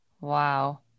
Wow